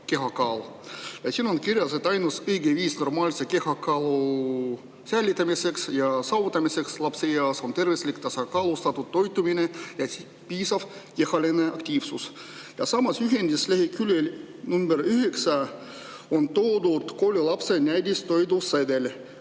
kehakaal". Siin on kirjas, et ainus õige viis normaalse kehakaalu säilitamiseks ja saavutamiseks lapseeas on tervislik tasakaalustatud toitumine ja piisav kehaline aktiivsus. Samas juhendis leheküljel nr 9 on toodud koolilapse näidistoidusedel,